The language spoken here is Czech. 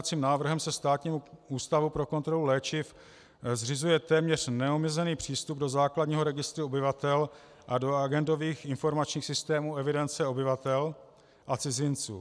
Tímto pozměňovacím návrhem se Státnímu ústavu pro kontrolu léčiv zřizuje téměř neomezený přístup do základního registru obyvatel a do agendových informačních systémů evidence obyvatel a cizinců.